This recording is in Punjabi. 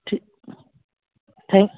ਠੀਕ ਥੈਂਕ